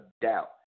doubt